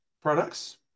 products